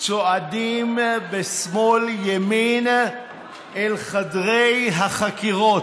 צועדים בשמאל-ימין אל חדרי החקירות.